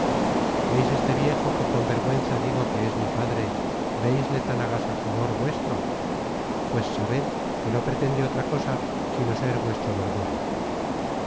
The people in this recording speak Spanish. matadero veis este viejo que con vergüenza digo que es mi padre veisle tan agasajador vuestro pues sabed que no pretende otra cosa sino ser vuestro verdugo